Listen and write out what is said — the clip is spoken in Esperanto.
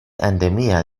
endemia